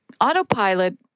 autopilot